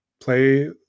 play